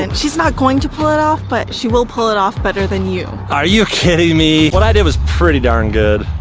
um she's not going to pull it off, but she will pull it off better than you. are you kidding me? what i did was pretty darn good.